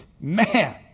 Man